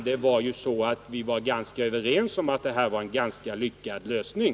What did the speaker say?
Vi var ju överens om att minoritetsregeringen var en ganska lyckad lösning.